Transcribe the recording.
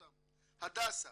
אמנה אותם: הדסה